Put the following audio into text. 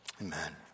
Amen